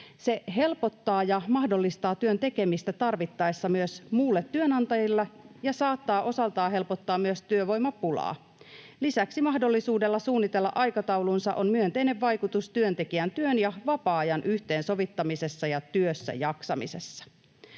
Se helpottaa ja mahdollistaa työn tekemistä tarvittaessa myös muulle työnantajalle ja saattaa osaltaan helpottaa myös työvoimapulaa. Lisäksi mahdollisuudella suunnitella aikataulunsa on myönteinen vaikutus työntekijän työn ja vapaa-ajan yhteensovittamisessa ja työssäjaksamisessa.